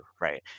right